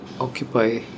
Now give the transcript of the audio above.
occupy